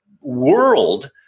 world